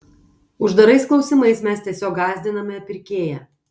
uždarais klausimais mes tiesiog gąsdiname pirkėją